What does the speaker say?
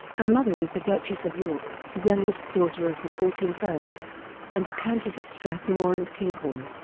her mother was the duchess of york, the youngest daughter of the fourteenth earl and the countess of strathmore and kinghorne.